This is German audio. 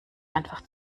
einfach